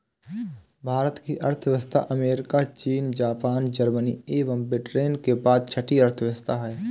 भारत की अर्थव्यवस्था अमेरिका, चीन, जापान, जर्मनी एवं ब्रिटेन के बाद छठी अर्थव्यवस्था है